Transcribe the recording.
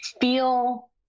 feel